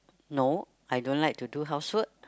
no I don't like to do housework